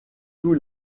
tous